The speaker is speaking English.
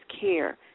care